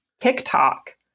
TikTok